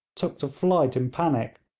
took to flight in panic,